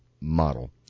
model